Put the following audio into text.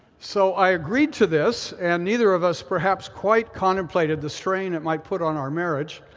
so i agreed to this, and neither of us perhaps quite contemplated the strain it might put on our marriage